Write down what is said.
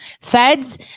Feds